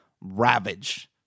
ravage